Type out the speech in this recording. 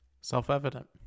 self-evident